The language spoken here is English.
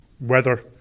weather